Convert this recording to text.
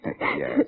Yes